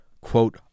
quote